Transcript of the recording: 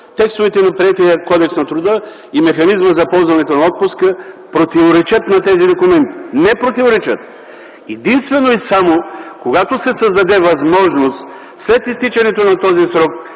текстовете на приетия Кодекс на труда и механизма за ползването на отпуска противоречат на тези документи. Не противоречат! Единствено и само, когато се създаде възможност след изтичането на този срок